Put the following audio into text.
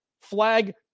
flag